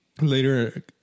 later